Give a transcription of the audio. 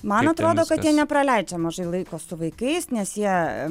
man atrodo kad jie nepraleidžia mažai laiko su vaikais nes jie